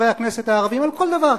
על כל דבר,